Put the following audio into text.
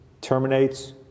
terminates